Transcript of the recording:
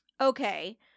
Okay